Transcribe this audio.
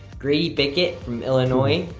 grady bickett from illinois.